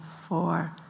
four